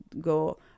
go